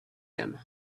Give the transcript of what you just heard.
him